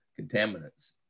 contaminants